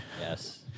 Yes